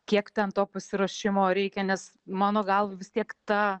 kiek ten to pasiruošimo reikia nes mano galva vis tiek ta